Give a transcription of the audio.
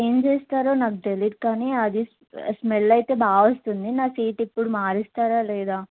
ఏం చేస్తారో నాకు తెలీయదు కానీ అది స్మెల్ అయితే బాగా వస్తుంది నా సీట్ ఇప్పుడు మారుస్తారా లేదా